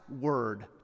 word